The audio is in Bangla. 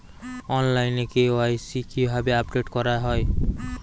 অনলাইনে কে.ওয়াই.সি কিভাবে আপডেট করা হয়?